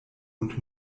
und